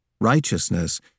righteousness